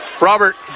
Robert